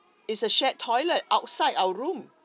is a shared toilet outside our room